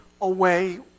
away